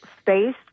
space